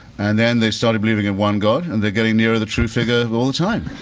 and then they started believing in one god and they're going nearer the true figure all the time.